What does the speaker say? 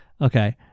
Okay